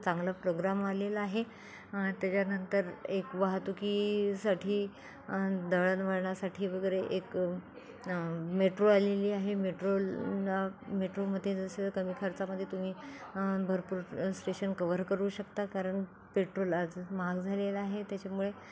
चांगला प्रोग्राम आलेला आहे त्याच्यानंतर एक वाहतुकीसाठी दळनवळणासाठी वगैरे एक मेट्रो आलेली आहे मेट्रोला मेट्रोमद्ये जसे कमी खर्चामध्ये तुम्ही भरपूर स्टेशन कव्हर करू शकता कारण पेट्रोल आज महाग झालेला आहे त्याच्यामुळे